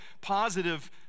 positive